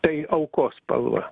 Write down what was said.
tai aukos spalva